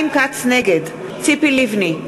נגד ציפי לבני,